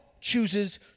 chooses